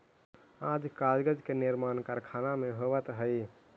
आज कागज के निर्माण कारखाना में होवऽ हई